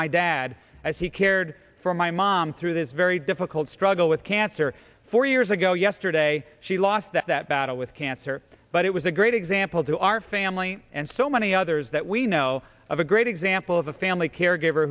my dad as he cared for my mom through this very difficult struggle with cancer four years ago yesterday she lost that battle with cancer but it was a great example to our family and so many others that we know of a great example of a family caregiver